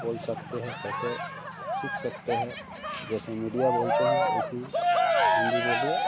बोल सकते हैं कैसे सीख सकते हैं जैसे जैसे मीडिया बोलते हैं वैसी हिन्दी बोलिए